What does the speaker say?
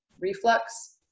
Reflux